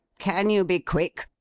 can you be quick?